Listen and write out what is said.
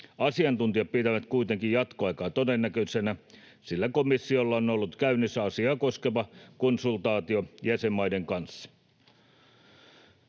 Asiantuntijat pitävät kuitenkin jatkoaikaa todennäköisenä, sillä komissiolla on ollut käynnissä asiaa koskeva konsultaatio jäsenmaiden kanssa.